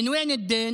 מאיפה החוב?